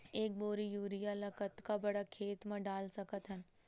एक बोरी यूरिया ल कतका बड़ा खेत म डाल सकत हन?